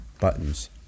buttons